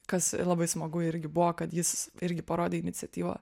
kas labai smagu irgi buvo kad jis irgi parodė iniciatyvą